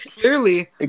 Clearly